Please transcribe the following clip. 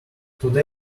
today